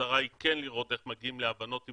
המטרה היא כן לראות איך מגיעים להבנות עם